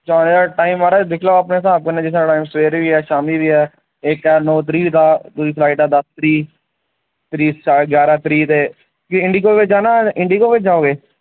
time म्हाराज दिक्खी लैओ अपने स्हाब कन्नै जेह्का सबेरै बी ऐ शामीं बी ऐ इक्क ऐ नौ तरीक दा दूई ऐ दस्स तरीक त्रीऽ ऐ ग्यारहां तरीक ते इंडिगो गै जाना ते इंडिगो गै जाओगे